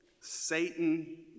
Satan